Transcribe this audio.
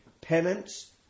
penance